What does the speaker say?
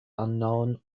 unknown